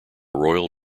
royal